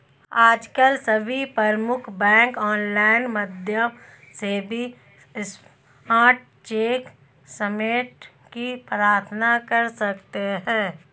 आजकल सभी प्रमुख बैंक ऑनलाइन माध्यम से भी स्पॉट चेक पेमेंट की प्रार्थना कर सकते है